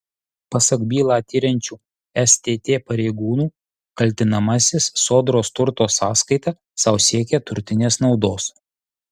pasak bylą tiriančių stt pareigūnų kaltinamasis sodros turto sąskaita sau siekė turtinės naudos